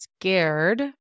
scared